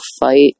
fight